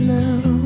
now